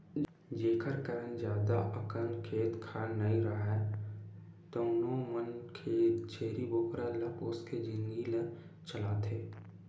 जेखर करन जादा अकन खेत खार नइ राहय तउनो मन छेरी बोकरा ल पोसके जिनगी ल चलाथे